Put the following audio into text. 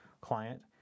client